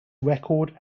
record